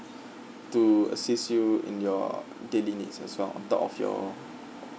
to assist you in your daily needs as well on top of your